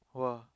!wah!